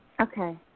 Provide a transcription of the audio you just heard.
Okay